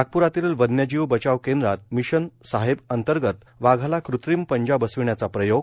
नागपुरातील वव्यजीव बचाव केंद्रात मिशव साहेब अंतर्गत वाघाला कृत्रिम पंजा बसविण्याचा प्रयोग